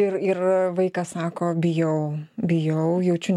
ir ir vaikas sako bijau bijau jaučiu